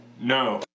No